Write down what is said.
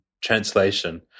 translation